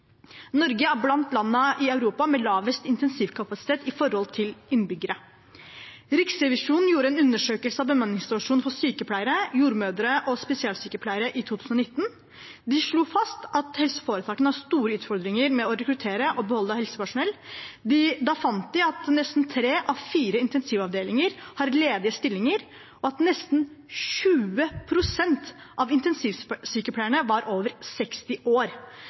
Norge er blant landene i Europa med lavest intensivkapasitet i forhold til antall innbyggere. Riksrevisjonen gjorde en undersøkelse av bemanningssituasjonen for sykepleiere, jordmødre og spesialsykepleiere i 2019. De slo fast at helseforetakene har store utfordringer med å rekruttere og beholde helsepersonell. De fant at nesten tre av fire intensivavdelinger har ledige stillinger, og at nesten 20 pst. av intensivsykepleierne var over 60 år.